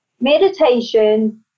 meditation